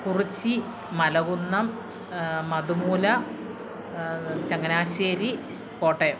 Kuruchi Malakunnam Madhumoola Changanassery Kottayam